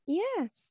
yes